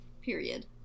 Period